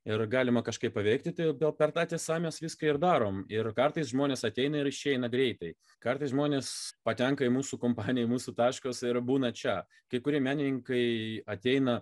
ir galima kažkaip paveikti ir per tą tiesa mes viską ir darom ir kartais žmonės ateina ir išeina greitai kartais žmonės patenka į mūsų kompaniją mūsų taškas ir būna čia kai kurie menininkai ateina